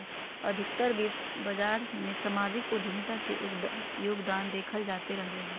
अधिकतर वित्त बाजार मे सामाजिक उद्यमिता के योगदान देखल जाते रहलय हें